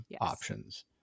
options